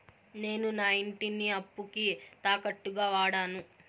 నేను నా ఇంటిని అప్పుకి తాకట్టుగా వాడాను